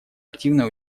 активное